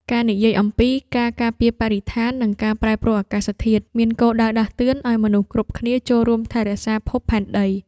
ការនិយាយអំពី ការការពារបរិស្ថាន និងការប្រែប្រួលអាកាសធាតុ មានគោលដៅដាស់តឿនឱ្យមនុស្សគ្រប់គ្នាចូលរួមថែរក្សាភពផែនដី។